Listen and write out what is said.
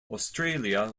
australia